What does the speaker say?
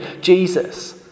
Jesus